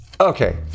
Okay